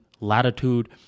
latitude